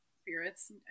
spirits